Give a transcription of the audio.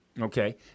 Okay